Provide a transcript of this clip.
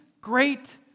great